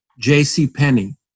JCPenney